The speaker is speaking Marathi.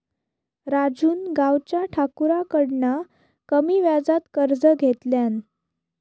राजून गावच्या ठाकुराकडना कमी व्याजात कर्ज घेतल्यान